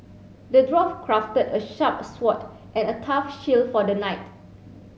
the dwarf crafted a sharp sword and a tough shield for the knight